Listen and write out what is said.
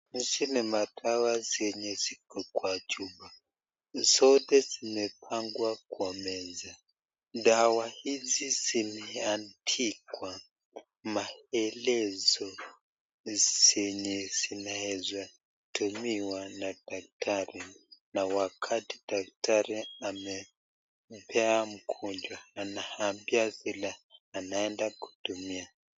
Hizi ni dawa zenye ziko kwa chupa zote zimepangwa kwenye meza, dawa hizi zimeandikwa maelezo zenye zinaweza tumiwa na daktari na wakati daktari amepea mgonjwa anaambia vile anaenda kutumia.